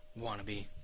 Wannabe